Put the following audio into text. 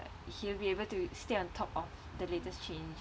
he'll be able to stay on top of the latest change